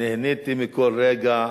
נהניתי מכל רגע